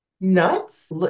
nuts